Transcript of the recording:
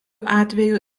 atveju